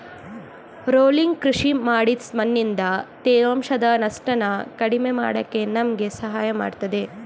rolling ಕೃಷಿ ಮಾಡಿದ್ ಮಣ್ಣಿಂದ ತೇವಾಂಶದ ನಷ್ಟನ ಕಡಿಮೆ ಮಾಡಕೆ ನಮ್ಗೆ ಸಹಾಯ ಮಾಡ್ತದೆ